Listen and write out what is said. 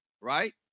Right